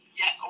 yes